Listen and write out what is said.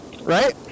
right